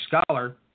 scholar